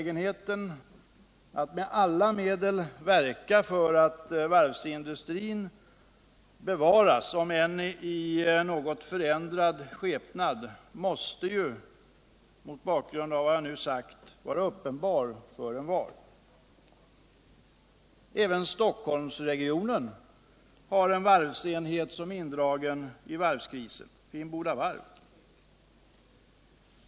Att vi med alla medel måste verka för att varvsindustrin bevaras, om än i något förändrad skepnad, måste, mot bakgrund av vad jag nu har sagt, vara uppenbart för envar. Även Stockholmsregionen har en varvsenhet som är indragen i varvskrisen, nämligen Finnboda varv.